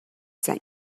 sent